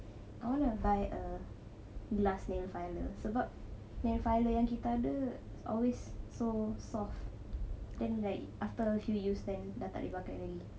I want to buy a lasting filer sebab yang filer kita ada always so soft then like a few use then dah tak boleh pakai lagi